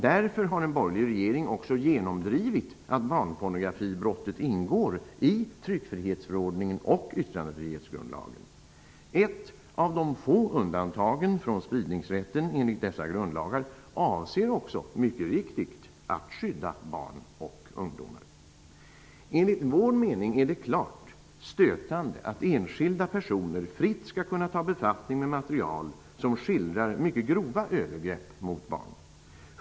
Därför har en borgerlig regering också genomdrivit att barnpornografibrottet ingår i tryckfrihetsförordningen och yttrandefrihetsgrundlagen. Ett av de få undantagen från spridningsrätten enligt dessa grundlagar avser också mycket riktigt att skydda barn och ungdom. Enligt vår mening är det klart stötande att enskilda personer fritt skall kunna ta befattning med material som skildrar mycket grova övergrepp mot barn.